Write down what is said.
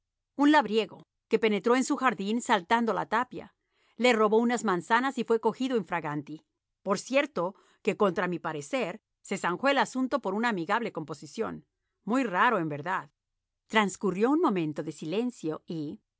un labriego que penetró en su jardín saltando la tapia le robó unas manzanas y fué cogido infraganti por cierto que contra mi parecer se zanjó el asunto por una amigable composición muy raro en verdad transcurrió un momento de silencio y